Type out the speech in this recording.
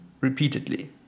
repeatedly